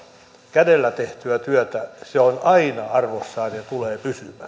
tehtyä työtä se on aina arvossaan ja tulee pysymään